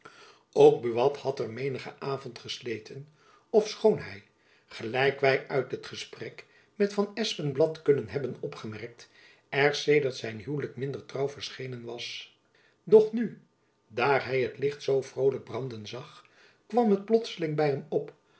ook buat had er menigen avond gesleten ofschoon hy gelijk wy uit het gesprek met van espenblad kunnen hebben opgemerkt er sedert zijn huwlijk minder trouw verschenen was doch nu daar hy het licht zoo vrolijk branden zag kwam het plotselings by hem op